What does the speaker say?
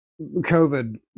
COVID